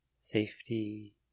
safety